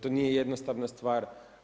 To nije jednostavna stvar.